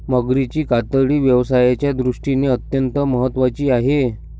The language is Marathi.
मगरीची कातडी व्यवसायाच्या दृष्टीने अत्यंत महत्त्वाची आहे